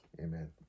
Amen